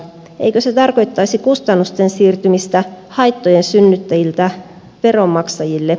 eikö se tarkoittaisi kustannusten siirtymistä haittojen synnyttäjiltä veronmaksajille